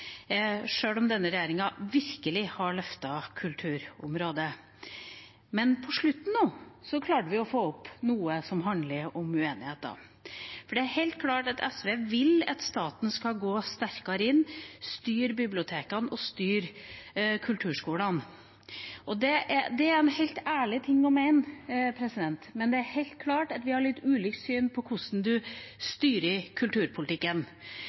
sjøl om denne regjeringa virkelig har løftet kulturområdet. På slutten nå klarte vi å få opp noe som handler om uenigheter. Det er helt klart at SV vil at staten skal gå sterkere inn, styre bibliotekene og styre kulturskolene. Og det er en helt ærlig ting å mene, og det er helt klart at vi har et litt ulikt syn på hvordan man styrer kulturpolitikken.